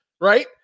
right